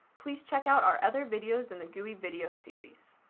please check out our other videos in the gui video series.